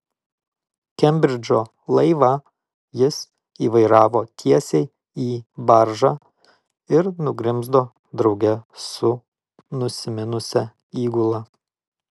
kembridžo laivą jis įvairavo tiesiai į baržą ir nugrimzdo drauge su nusiminusia įgula